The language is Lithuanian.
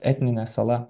etninė sala